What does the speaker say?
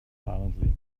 silently